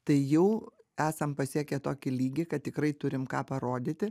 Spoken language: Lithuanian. tai jau esam pasiekę tokį lygį kad tikrai turim ką parodyti